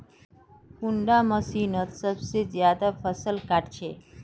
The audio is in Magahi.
कुंडा मशीनोत सबसे ज्यादा फसल काट छै?